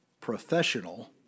professional